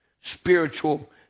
spiritual